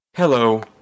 Hello